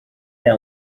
heat